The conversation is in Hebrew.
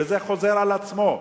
וזה חוזר על עצמו,